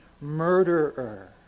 murderer